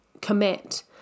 commit